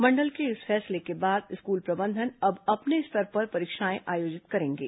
मंडल के इस फैसले के बाद स्कूल प्रबंधन अब अपने स्तर पर परीक्षाएं आयोजित करेंगे